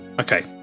okay